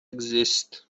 exists